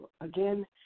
again